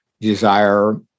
desire